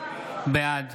בעד